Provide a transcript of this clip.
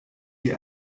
die